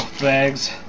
bags